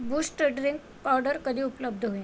boost drink powder कधी उपलब्ध होईल